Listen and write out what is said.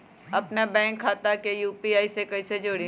अपना बैंक खाता के यू.पी.आई से कईसे जोड़ी?